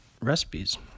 recipes